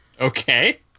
Okay